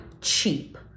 cheap